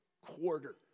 quarter